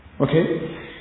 Okay